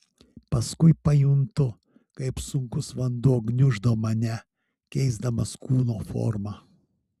paskui pajuntu kaip sunkus vanduo gniuždo mane keisdamas kūno formą